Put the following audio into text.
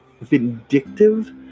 vindictive